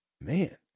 Man